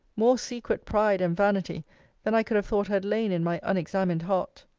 more secret pride and vanity than i could have thought had lain in my unexamined heart.